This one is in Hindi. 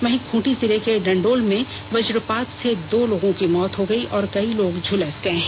वहीं खूंटी जिले के डंडोल में वज्रपात से दो लोगों की मौत हो गई और कई लोग झुलस गए हैं